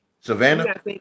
Savannah